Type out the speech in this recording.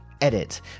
Edit